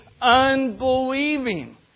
Unbelieving